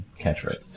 catchphrase